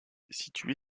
située